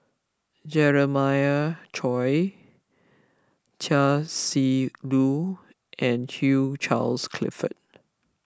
Jeremiah Choy Chia Shi Lu and Hugh Charles Clifford